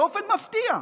באופן מפתיע,